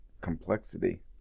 complexity